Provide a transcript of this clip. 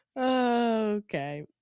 Okay